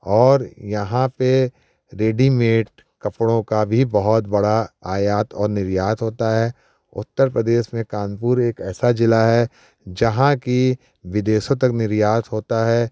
और यहाँ पे रेडीमेड कपड़ों का भी बहुत बड़ा आयात और निर्यात होता है उत्तर प्रदेश में कानपुर एक ऐसा जिला है जहाँ की विदेशों तक निर्यात होता है